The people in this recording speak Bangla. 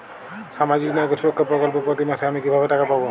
সামাজিক ন্যায় ও সুরক্ষা প্রকল্পে প্রতি মাসে আমি কিভাবে টাকা পাবো?